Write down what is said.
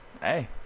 Hey